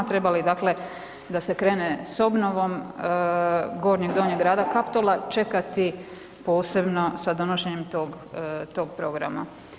Treba li, dakle da se krene s obnovom Gornjeg, Donjeg Grada, Kaptola, čekati posebno sa donošenjem tog programa?